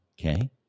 okay